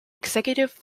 executive